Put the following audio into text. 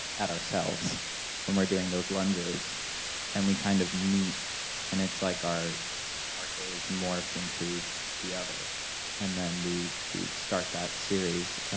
at ourselves when we're doing those lunges and we kind of meet and it's like our our gaze morphs into the other and then we start that series